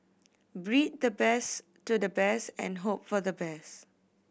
breed the best to the best and hope for the best